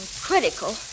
critical